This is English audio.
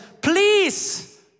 please